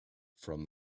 from